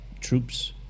troops